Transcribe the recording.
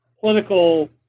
political